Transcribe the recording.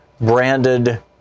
branded